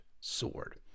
sword